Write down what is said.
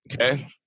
Okay